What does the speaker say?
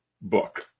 book